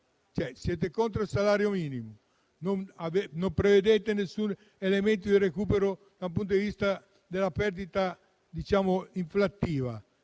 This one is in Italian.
Siete contro il salario minimo, non prevedete alcun elemento di recupero dal punto di vista della perdita inflattiva,